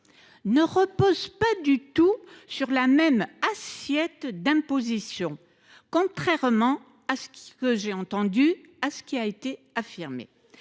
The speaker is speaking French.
ne reposent pas du tout sur la même assiette d’imposition, contrairement à ce que j’ai entendu affirmer.